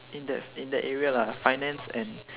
in that in that area lah finance and